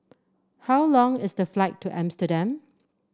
how long is the flight to Amsterdam